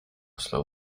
slow